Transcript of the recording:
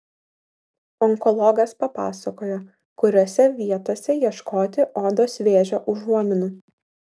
onkologas papasakojo kuriose vietose ieškoti odos vėžio užuominų